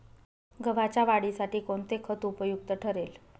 गव्हाच्या वाढीसाठी कोणते खत उपयुक्त ठरेल?